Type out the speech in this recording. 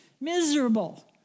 miserable